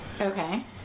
Okay